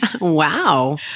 Wow